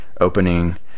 opening